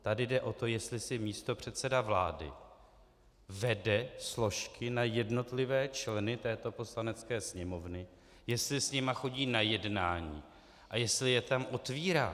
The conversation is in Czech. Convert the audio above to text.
Tady jde o to, jestli si místopředseda vlády vede složky na jednotlivé členy této Poslanecké sněmovny, jestli s nimi chodí na jednání a jestli je tam otevírá.